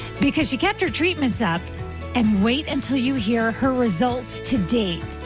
because she kept her treatments up and wait until you hear her results to date.